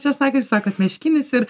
česnakas jūs sakot miškinis ir